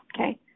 okay